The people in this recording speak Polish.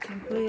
Dziękuję.